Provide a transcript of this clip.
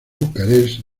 bucarest